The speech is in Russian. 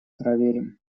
проверим